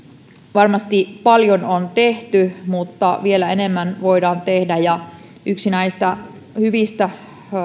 varmasti paljon on tehty mutta vielä enemmän voidaan tehdä ja yksi näistä hyvistä